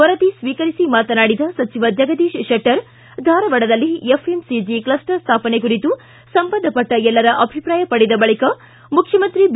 ವರದಿ ಸ್ವೀಕರಿಸಿ ಮಾತನಾಡಿದ ಸಚಿವ ಜಗದೀಶ್ ಶೆಟ್ಟರ್ ಧಾರವಾಡದಲ್ಲಿ ಎಫ್ಎಂಸಿಜಿ ಕ್ಷಸ್ತರ್ ಸ್ಥಾಪನೆ ಕುರಿತು ಸಂಬಂಧಪಟ್ಟ ಎಲ್ಲರ ಅಭಿಪ್ರಾಯ ಪಡೆದ ಬಳಿಕ ಮುಖ್ಯಮಂತ್ರಿ ಬಿ